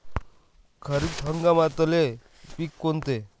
खरीप हंगामातले पिकं कोनते?